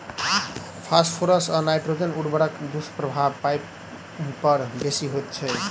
phosphorus आ nitrogen उर्वरकक दुष्प्रभाव पाइन पर बेसी होइत छै